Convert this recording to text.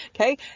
Okay